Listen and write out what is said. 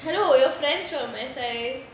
hello your friends from S_I